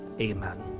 Amen